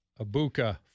Abuka